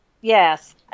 Yes